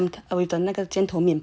with the 那个尖头面包